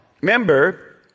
remember